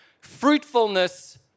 Fruitfulness